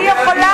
אני יכולה,